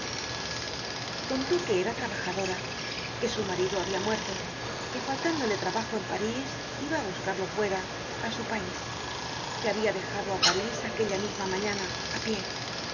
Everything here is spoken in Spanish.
contó que era trabajadora que su marido habia muerto que faltándole trabajo en parís iba á buscarlo fuera á su pais que habia dejado á parís aquella misma mañana á pié que